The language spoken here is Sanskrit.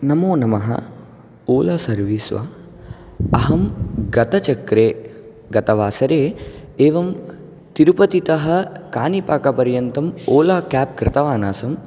नमोनमः ओला सर्विस् वा अहं गतचक्रे गतवासरे एवं तिरुपतितः कानिपाक पर्यन्तम् ओला केब् कृतवान् आसम्